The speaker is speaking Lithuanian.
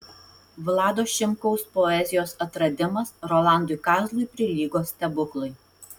vlado šimkaus poezijos atradimas rolandui kazlui prilygo stebuklui